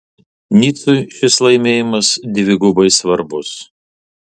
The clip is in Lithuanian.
nicui šis laimėjimas dvigubai svarbus